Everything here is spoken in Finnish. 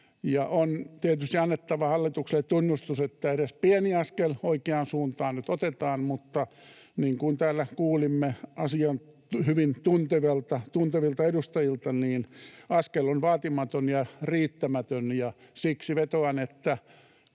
On tietysti annettava hallitukselle tunnustus, että edes pieni askel oikeaan suuntaan nyt otetaan, mutta niin kuin täällä kuulimme asian hyvin tuntevilta edustajilta, askel on vaatimaton ja riittämätön, ja siksi vetoan, että